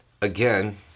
Again